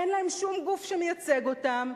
אין להם שום גוף שמייצג אותם.